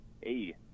Hey